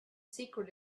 secret